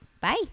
Bye